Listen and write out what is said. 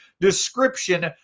description